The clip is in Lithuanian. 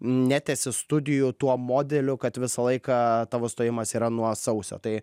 netęsi studijų tuo modeliu kad visą laiką tavo stojimas yra nuo sausio tai